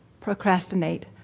procrastinate